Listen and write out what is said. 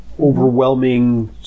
overwhelming